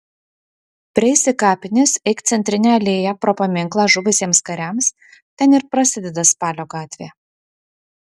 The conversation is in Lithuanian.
prieisi kapines eik centrine alėja pro paminklą žuvusiems kariams ten ir prasideda spalio gatvė